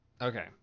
Okay